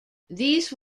these